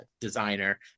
designer